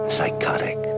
Psychotic